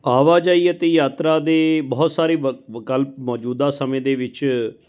ਆਵਾਜਾਈ ਅਤੇ ਯਾਤਰਾ ਦੇ ਬਹੁਤ ਸਾਰੇ ਵ ਵਿਕਲਪ ਮੌਜੂਦਾ ਸਮੇਂ ਦੇ ਵਿੱਚ